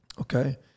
Okay